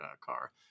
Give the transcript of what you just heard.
car